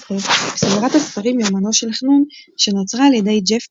בסדרת הספרים יומנו של חנון שנוצרה על ידי ג'ף קיני.